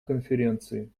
конференции